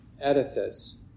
edifice